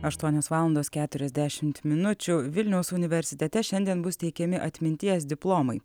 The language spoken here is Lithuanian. aštuonios valandos keturiasdešimt minučių vilniaus universitete šiandien bus teikiami atminties diplomai